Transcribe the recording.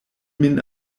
min